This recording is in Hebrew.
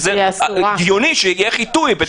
שהגיוני שיהיה חיטוי.